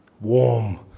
Warm